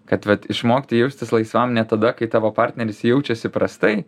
kad vat išmokti jaustis laisvam ne tada kai tavo partneris jaučiasi prastai